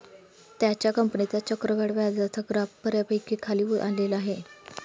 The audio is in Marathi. त्याच्या कंपनीचा चक्रवाढ व्याजाचा ग्राफ बऱ्यापैकी खाली आलेला आहे